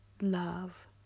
love